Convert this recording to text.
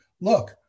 look